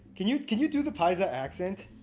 can you can you do the paisa accent?